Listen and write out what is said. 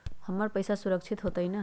हमर पईसा सुरक्षित होतई न?